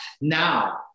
Now